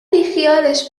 بیخیالش